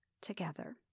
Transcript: together